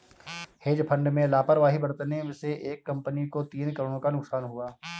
hedge fund में लापरवाही बरतने से एक कंपनी को तीन करोड़ का नुकसान हुआ